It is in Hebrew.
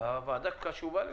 הוועדה קשובה לכך.